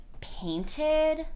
painted